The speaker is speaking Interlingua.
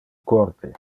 corde